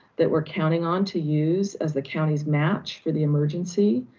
that we're counting on to use as the county's match for the emergency.